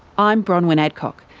i'm bronwyn adcock,